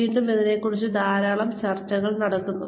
വീണ്ടും ഇതിനെക്കുറിച്ച് ധാരാളം ചർച്ചകൾ നടക്കുന്നു